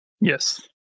Yes